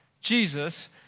Jesus